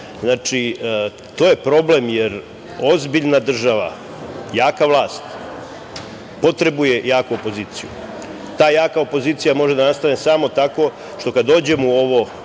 Znači, to je problem, jer ozbiljna država, jaka vlast potrebuje jaku opoziciju. Ta jaka opozicija može da nastane samo tako što kada dođemo u ovo